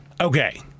okay